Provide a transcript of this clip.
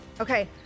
Okay